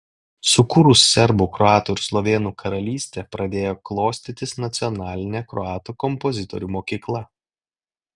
sukūrus serbų kroatų ir slovėnų karalystę pradėjo klostytis nacionalinė kroatų kompozitorių mokykla